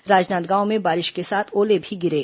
राजनांदगांव में बारिश के साथ ओले भी गिरे